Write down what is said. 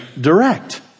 direct